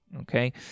okay